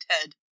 Ted